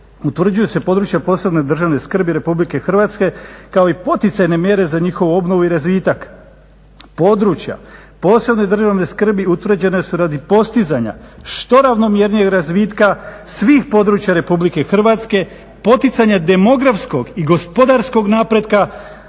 utvrđuju se područja od posebne državne skrbi Republike Hrvatske kao i poticajne mjere za njihovu obnovu i razvitak. Područja posebne državne skrbi utvrđene su radi postizanja što ravnomjernijeg razvitka svih područja Republike Hrvatske, poticanja demografskog i gospodarskog napretka,